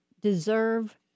deserve